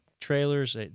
trailers